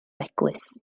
eglwys